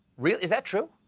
really? is that true?